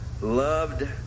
loved